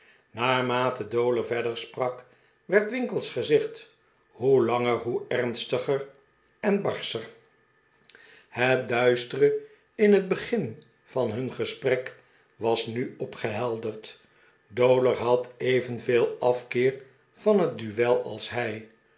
naarmate dowler verder sprak werd winkle's gezicht hoe langer hoe ernstiger en barscher het duistere in het begin van hun gesprek was nu opgehelderd dowler had evenveel afkeer van een duel als hij